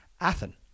Athens